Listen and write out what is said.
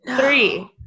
Three